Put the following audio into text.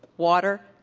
water,